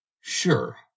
Sure